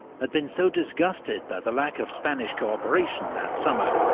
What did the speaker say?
had been so disgusted by the lack of spanish co-operation that summer,